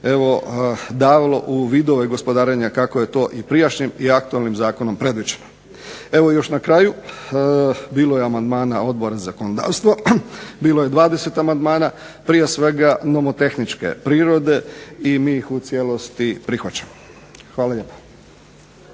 davalo u vidove gospodarenja kako je to prijašnjim i aktualnim Zakonom predviđeno. Evo još na kraju, bilo je amandmana Odbora za zakonodavstvo, prije svega nomotehničke prirode i mi ih u cijelosti prihvaćamo. Hvala lijepo.